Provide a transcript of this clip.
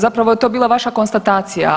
Zapravo je to bila vaša konstatacija.